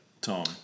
Tom